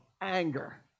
anger